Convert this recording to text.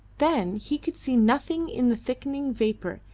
then he could see nothing in the thickening vapour,